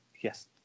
Yes